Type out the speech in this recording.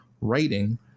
writing